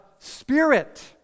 spirit